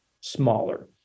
smaller